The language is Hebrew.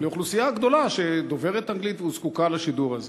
לאוכלוסייה גדולה שדוברת אנגלית וזקוקה לשידור הזה,